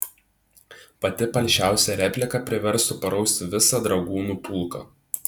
pati palšiausia replika priverstų parausti visą dragūnų pulką